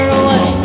away